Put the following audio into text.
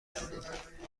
هستید